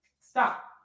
Stop